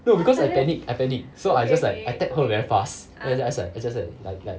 no because I panic I panic so I just like I tap her very fast then just like just that like like